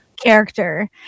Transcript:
character